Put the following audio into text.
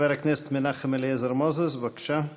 חבר הכנסת מנחם אליעזר מוזס, בבקשה.